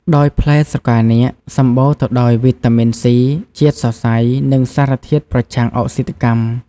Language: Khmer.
ដោយផ្លែស្រកានាគ សំបូរទៅដោយ វីតាមីន ស៊ី ជាតិសរសៃ និងសារធាតុប្រឆាំងអុកស៊ីតកម្ម។